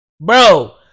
Bro